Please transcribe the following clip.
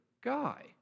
guy